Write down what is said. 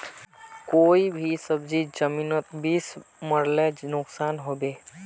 कोई भी सब्जी जमिनोत बीस मरले नुकसान होबे?